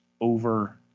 over